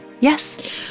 Yes